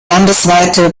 landesweite